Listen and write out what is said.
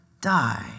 die